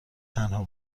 تنها